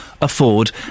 afford